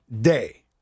day